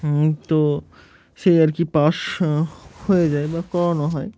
তো সেই আর কি পাশ হয়ে যায় বা করানো হয়